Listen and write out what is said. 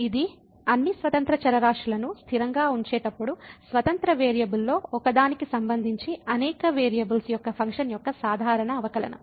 ఇది అన్ని స్వతంత్ర చరరాశులను స్థిరంగా ఉంచేటప్పుడు స్వతంత్ర వేరియబుల్లో ఒకదానికి సంబంధించి అనేక వేరియబుల్స్ యొక్క ఫంక్షన్ యొక్క సాధారణ అవకలనం